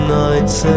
nights